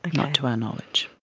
not to our knowledge.